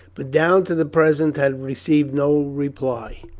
but down to the present had received no reply.